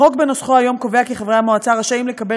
החוק בנוסחו היום קובע כי חברי המועצה רשאים לקבל